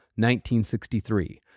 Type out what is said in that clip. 1963